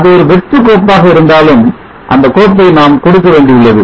அது ஒரு வெற்று கோப்பாக இருந்தாலும் அந்த கோப்பை நாம் கொடுக்க வேண்டி உள்ளது